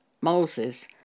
Moses